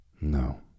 No